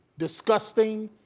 disgusting,